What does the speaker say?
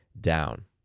Down